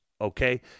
Okay